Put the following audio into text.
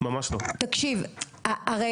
תקשיבו לי.